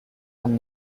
from